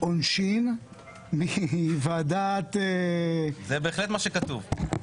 עונשין מוועדת --- זה בהחלט מה שכתוב.